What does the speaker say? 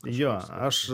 jo aš